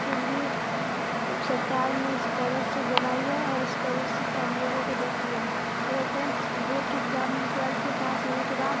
के लिए सरकार ने इस्कॉलरसिप बनाई है और इस्कॉलरसिप हम लोगों को देती है अगर टेन्थ बोर्ड के इग्ज़ाम्स ट्वेल्थ में पास होने के बाद